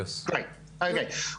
נהדר,